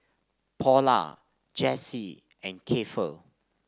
Paula Jessee and Keifer